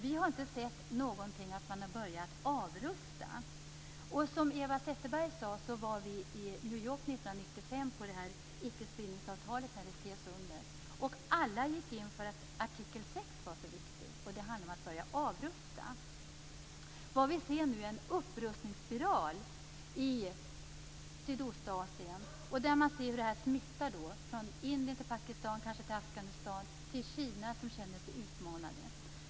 Vi har inte sett något om att man börjat avrusta. Som Eva Zetterberg sade var vi i New York år 1995 när icke-spridningsavtalet skrevs under. Alla gick in för att artikel 6 var så viktig, och den handlar om att börja avrusta. Vad vi nu ser är en upprustningsspiral i Sydostasien som smittar från Indien till Pakistan och kanske in i Afghanistan till Kina, som känner sig utmanat.